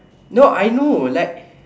no I know like